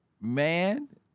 man